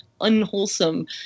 Unwholesome